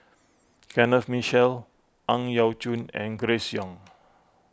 Kenneth Mitchell Ang Yau Choon and Grace Young